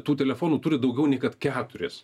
tų telefonų turi daugiau nei kad keturis